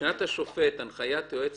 מבחינת השופט, הנחיית יועץ